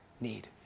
need